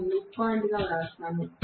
దీన్ని మిడ్పాయింట్గా వ్రాస్తాను